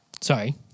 sorry